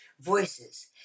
voices